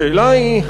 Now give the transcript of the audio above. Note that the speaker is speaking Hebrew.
השאלה היא,